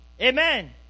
Amen